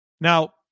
Now